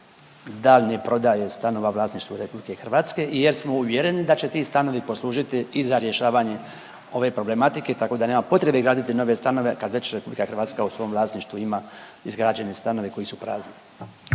daljnje prodaje stanova u vlasništvu Republike Hrvatske jer smo uvjereni da će ti stanovi služiti i za rješavanje ove problematike, tako da nema potrebe graditi nove stanove kad već Republika Hrvatska u svom vlasništvu ima izgrađene stanove koji su prazni.